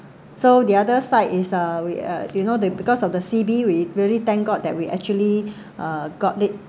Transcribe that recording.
so the other side is uh we uh you know they because of the C_B we really thank god that we actually uh got it